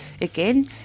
Again